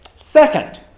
Second